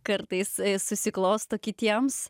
kartais susiklosto kitiems